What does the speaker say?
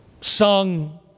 sung